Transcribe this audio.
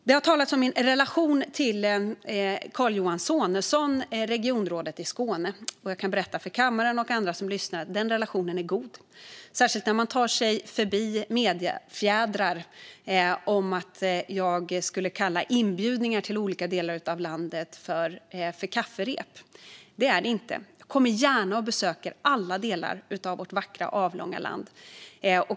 Det har talats om min relation till Carl Johan Sonesson, regionrådet i Skåne. Jag kan berätta för kammaren och andra som lyssnar att den relationen är god, särskilt när man tar sig förbi mediefjädrar om att jag skulle kalla inbjudningar till olika delar av landet för kafferep. Det är de inte. Jag kommer gärna och besöker alla delar av vårt vackra, avlånga land.